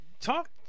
talk